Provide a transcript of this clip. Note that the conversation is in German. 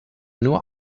nur